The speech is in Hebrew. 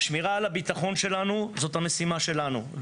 שמירה על הביטחון שלנו, זאת המשימה שלנו.